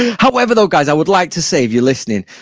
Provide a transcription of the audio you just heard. however, though, guys, i would like to say if you're listening,